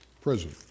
prison